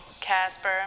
Casper